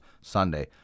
Sunday